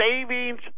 Savings